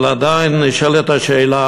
אבל עדיין נשאלת השאלה,